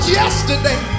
yesterday